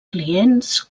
clients